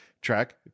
track